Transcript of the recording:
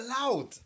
allowed